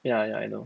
ya ya I know